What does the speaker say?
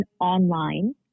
online